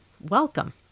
Welcome